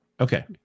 Okay